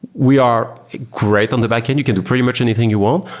we are great on the backend. you can do pretty much anything you want.